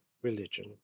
religion